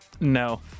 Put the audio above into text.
No